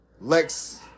Lex